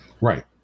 Right